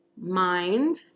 mind